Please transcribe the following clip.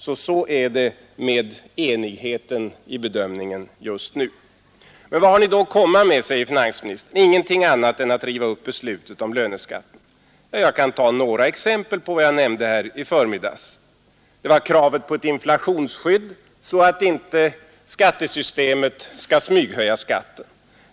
Så förhåller det sig med enigheten i bedömningen just nu. Vad har ni då att komma med, frågar finansministern. Ni har tydligen ingenting annat att komma med än att försöka riva upp beslutet om löneskatten, säger finansministern. Jag kan upprepa några av mina exempel från i förmiddags. Det var kravet på ett inflationsskydd, så att inte skattesystemet smyghöjer skatten.